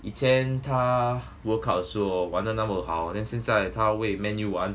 以前他 world cup 的时候 hor 玩得那么好 then 现在他为 man U 玩